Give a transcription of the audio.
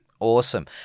Awesome